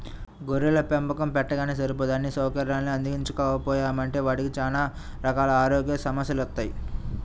గొర్రెల పెంపకం పెట్టగానే సరిపోదు అన్నీ సౌకర్యాల్ని అందించకపోయామంటే వాటికి చానా రకాల ఆరోగ్య సమస్యెలొత్తయ్